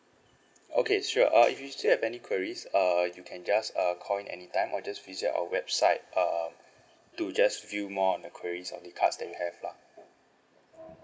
okay sure uh if you still have any queries err you can just err call in anytime or just visit our website um to just view more on the queries on the cards that you have lah